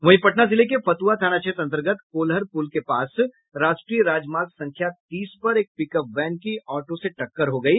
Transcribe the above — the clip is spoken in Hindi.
वहीं पटना जिले के फतुहा थाना क्षेत्र अंतर्गत कोल्हर पुल के पास राष्ट्रीय राजमार्ग संख्या तीस पर एक पिकअप वैन की ऑटो से टक्कर हो गयी